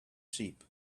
sheep